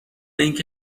اینکه